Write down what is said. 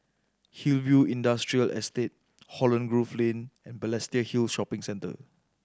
Hillview Industrial Estate Holland Grove Lane and Balestier Hill Shopping Centre